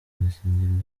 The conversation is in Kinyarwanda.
agakingirizo